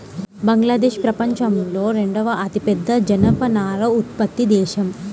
బంగ్లాదేశ్ ప్రపంచంలో రెండవ అతిపెద్ద జనపనార ఉత్పత్తి దేశం